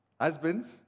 Husbands